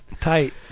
Tight